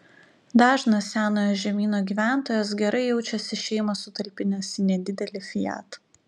dažnas senojo žemyno gyventojas gerai jaučiasi šeimą sutalpinęs į nedidelį fiat